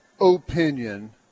opinion